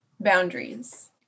Boundaries